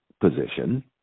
position